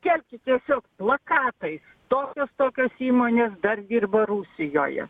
skelbkit tiesiog plakatais tokios tokios įmonės dar dirba rusijoje